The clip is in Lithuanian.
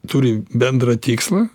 turi bendrą tikslą